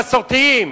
המסורתיים